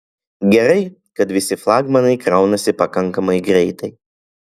gerai kad visi flagmanai kraunasi pakankamai greitai